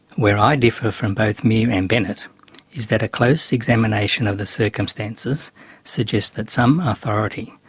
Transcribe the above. where i differ from both mear and bennett is that a close examination of the circumstances suggests that some authority,